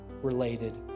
related